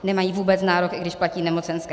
Nemají vůbec nárok, i když platí nemocenské.